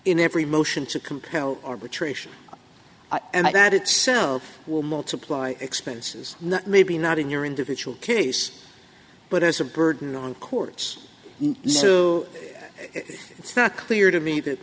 in every motion to compel arbitration and i doubt it so will multiply expenses maybe not in your individual case but as a burden on courts so it's not clear to me that